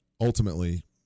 ultimately